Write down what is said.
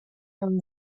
from